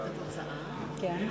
התשע"ג 2013,